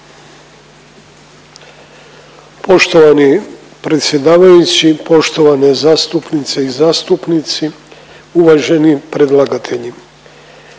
Poštovani predsjedavajući, poštovane zastupnice i zastupnici, uvaženi predlagatelji.